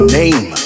name